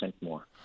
more